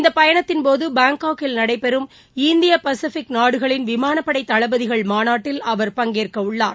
இந்த பயணத்தின்போது பாங்காக்கில் நடைபெறும் இந்திய பசிபிக் நாடுகளின் விமானப்படை தளபதிகள் மாநாட்டில் அவர் பங்கேற்கவுள்ளார்